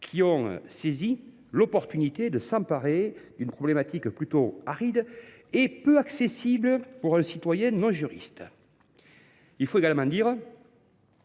qui ont saisi l’occasion de s’emparer d’une problématique plutôt aride et peu accessible aux citoyens non juristes. Je veux également dire